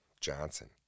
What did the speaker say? Johnson